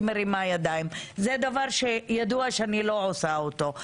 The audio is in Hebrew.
מרימה ידיים שזה דבר שידוע שאני לא עושה אותו.